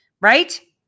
Right